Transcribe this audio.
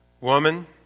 Woman